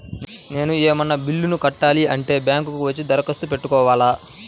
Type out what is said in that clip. నేను ఏమన్నా బిల్లును కట్టాలి అంటే బ్యాంకు కు వచ్చి దరఖాస్తు పెట్టుకోవాలా?